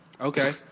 Okay